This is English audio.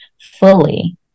fully